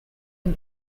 and